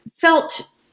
felt